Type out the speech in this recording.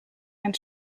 einen